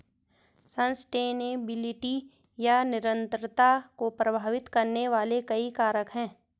sustainability या निरंतरता को प्रभावित करने वाले कई कारक हैं